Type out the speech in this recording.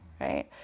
right